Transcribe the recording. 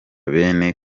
bene